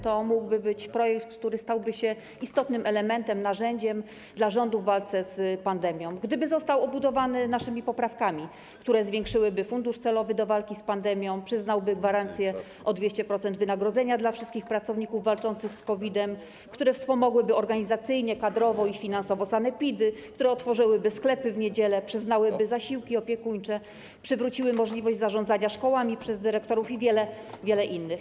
To mógłby być projekt, który stałby się istotnym elementem, narzędziem dla rządu w walce z pandemią, gdyby został obudowany naszymi poprawkami, które zwiększyłyby fundusz celowy do walki z pandemią, przyznałyby gwarancję 200% wynagrodzenia dla wszystkich pracowników walczących COVID-em, które wspomogłyby organizacyjnie, kadrowo i finansowo sanepidy, które otworzyłyby sklepy w niedzielę, przyznałyby zasiłki opiekuńcze, przywróciłyby możliwość zarządzania szkołami przez dyrektorów i wiele, wiele innych.